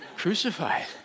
crucified